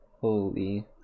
Holy